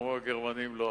אמרו הגרמנים: לא,